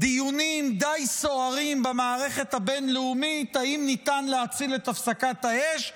דיונים די סוערים במערכת הבין-לאומית אם ניתן להציל את הפסקת האש,